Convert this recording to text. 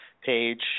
page